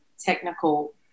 technical